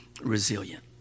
resilient